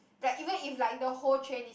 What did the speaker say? that even if like in the whole train is